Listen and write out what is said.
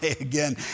again